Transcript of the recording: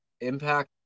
Impact